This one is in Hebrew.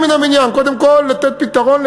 קודם כול לתת להם פתרון.